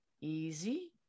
easy